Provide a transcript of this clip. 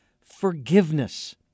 forgiveness